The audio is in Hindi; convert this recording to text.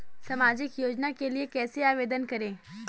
सामाजिक योजना के लिए कैसे आवेदन करें?